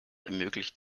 ermöglicht